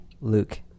Luke